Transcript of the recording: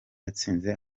yatsinze